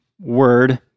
word